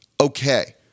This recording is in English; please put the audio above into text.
okay